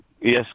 yes